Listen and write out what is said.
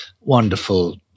wonderful